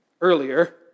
earlier